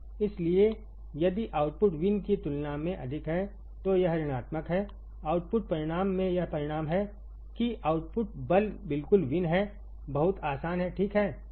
इसलिए यदि output Vin की तुलना में अधिक है तो यह ऋणात्मक है आउटपुट परिणाम में यह परिणाम है कि आउटपुट बल बिल्कुल Vin है बहुत आसान है ठीक है